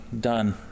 Done